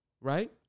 Right